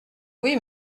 oui